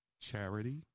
Charity